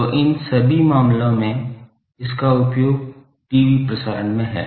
तो इन सभी मामलों में इसका उपयोग टीवी प्रसारण में है